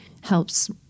helps